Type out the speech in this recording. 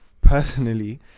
Personally